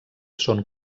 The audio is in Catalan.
són